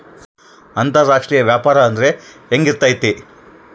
ಅಂತರಾಷ್ಟ್ರೇಯ ವ್ಯಾಪಾರ ಅಂದ್ರೆ ಹೆಂಗಿರ್ತೈತಿ?